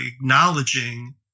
acknowledging